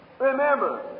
Remember